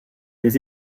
des